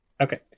Okay